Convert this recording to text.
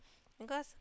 cause